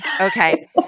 okay